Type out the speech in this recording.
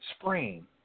Spring